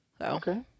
Okay